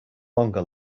longer